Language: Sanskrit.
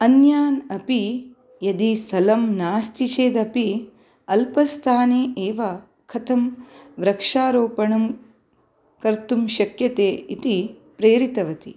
अन्यान् अपि यदि स्थलं नास्ति चेदपि अप्लस्थाने एव कथं वृक्षारोपणं कर्तुं शक्यते इति प्रेरितवती